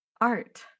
art